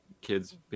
kids